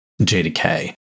JDK